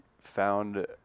found